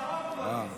הדרום קודם.